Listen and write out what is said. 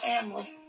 family